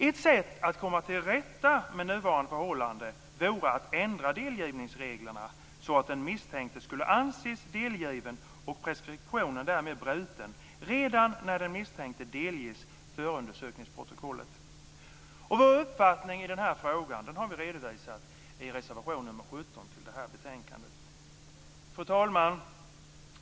Ett sätt att komma till rätta med nuvarande förhållanden vore att ändra delgivningsreglerna så att den misstänkte skulle anses delgiven och preskriptionen därmed bruten redan när den misstänkte delges förundersökningsprotokollet. Vår uppfattning i denna fråga har vi redovisat i reservation 17 i detta betänkande. Fru talman!